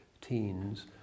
teens